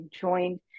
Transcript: joined